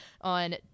on